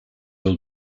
will